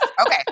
Okay